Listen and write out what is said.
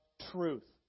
truth